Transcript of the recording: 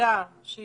מידע שהוא